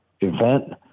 event